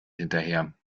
hinterher